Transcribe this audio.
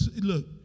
look